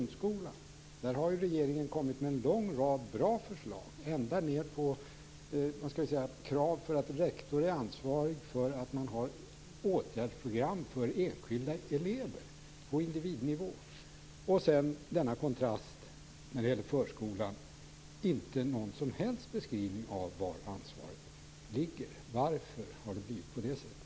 Där har ju regeringen kommit med en lång rad bra förslag, ända ned till krav på att rektor skall vara ansvarig för åtgärdsprogram för enskilda elever, på individnivå. Detta kontrasterar mot det som gäller förskolan, där man inte har någon som helst beskrivning av var ansvaret ligger. Varför har det blivit på det sättet?